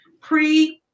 pre-